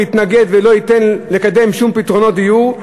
ויתנגד ולא ייתן לקדם שום פתרונות דיור.